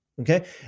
Okay